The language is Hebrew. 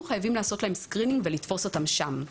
אנחנו חייבים לעשות להם Screening ולתפוס אותם שם.